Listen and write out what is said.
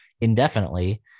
indefinitely